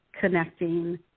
connecting